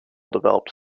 developed